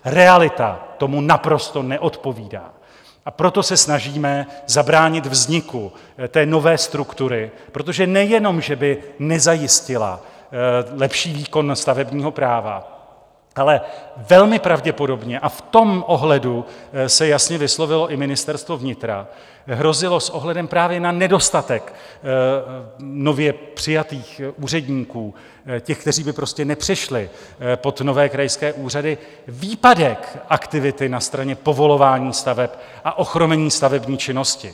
Realita tomu naprosto neodpovídá, a proto se snažíme zabránit vzniku té nové struktury, protože nejenom že by nezajistila lepší výkon stavebního práva, ale velmi pravděpodobně, a v tom ohledu se jasně vyslovilo i Ministerstvo vnitra, by hrozil s ohledem právě na nedostatek nově přijatých úředníků, těch, kteří by nepřešli pod nové krajské úřady, výpadek aktivity na straně povolování staveb a ochromení stavební činnosti.